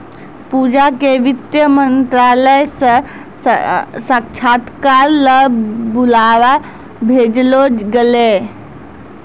पूजा क वित्त मंत्रालय स साक्षात्कार ल बुलावा भेजलो गेलै